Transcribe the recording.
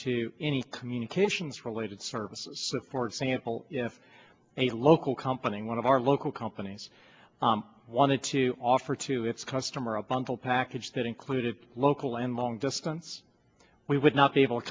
to any communications related services for example if a local company one of our local companies wanted to offer to its customer a bundle package that included local and long distance we would not be able to